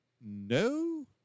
no